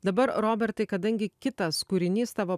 dabar robertai kadangi kitas kūrinys tavo